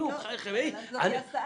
הוא ישבץ אותו לשם?